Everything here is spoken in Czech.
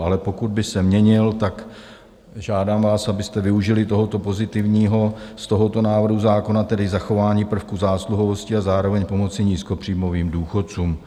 Ale pokud by se měnil, tak žádám vás, abyste využili toho pozitivního z tohoto návrhu zákona, tedy zachování prvku zásluhovosti, a zároveň pomoci nízkopříjmovým důchodcům.